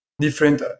different